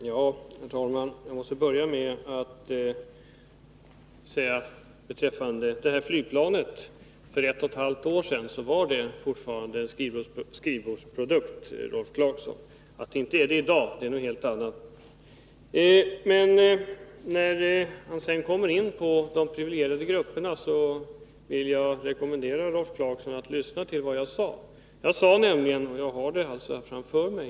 Herr talman! Jag måste börja med att beträffande det här flygplanet säga, att för ett och ett halvt år sedan var det fortfarande en skrivbordsprodukt, Rolf Clarkson. Att det inte är det i dag är en helt annan sak. Men när Rolf Clarkson kommer in på de privilegierade grupperna vill jag rekommendera honom att uppmärksamma vad jag sade. Jag har manuskriptet framför mig.